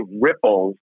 ripples